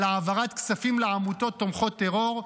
על העברת כספים לעמותות תומכות טרור.